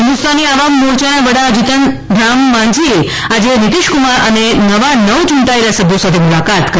Hindustani Awam Morcha HAM ના વડા જીતન રામ માંઝીએ આજે નીતિશ કુમાર અને નવા નવ યૂંટાયેલા સભ્યો સાથે મુલાકાત કરી